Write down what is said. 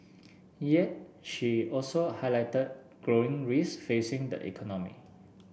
yet she also highlighted growing risks facing the economy